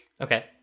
Okay